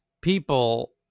people